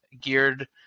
geared